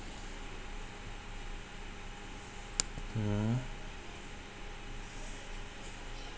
mm